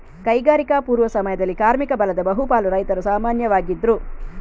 ಕೈಗಾರಿಕಾ ಪೂರ್ವ ಸಮಯದಲ್ಲಿ ಕಾರ್ಮಿಕ ಬಲದ ಬಹು ಪಾಲು ರೈತರು ಸಾಮಾನ್ಯವಾಗಿದ್ರು